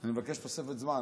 אני מבקש תוספת זמן.